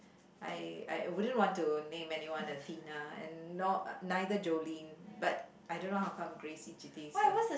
I I wouldn't want to name anyone Athena and not uh neither Jolene but I don't know how come Grace ah